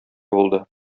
булды